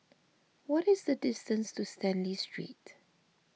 what is the distance to Stanley Street